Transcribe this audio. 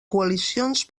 coalicions